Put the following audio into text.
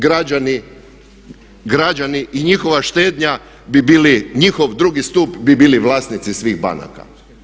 Građani i njihova štednja bi bili, njihov drugi stup bi bili vlasnici svih banaka.